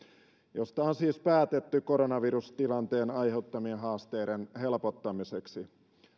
josta on siis päätetty koronavirustilanteen aiheuttamien haasteiden helpottamiseksi näiden